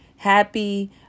Happy